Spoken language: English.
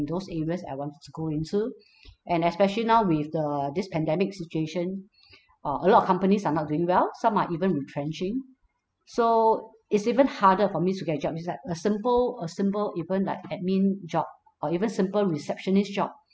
those areas I wanted to go into and especially now with the this pandemic situation uh a lot of companies are not doing well some are even retrenching so it's even harder for me to get a job it's like a simple a simple even like admin job or even simple receptionist job